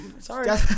Sorry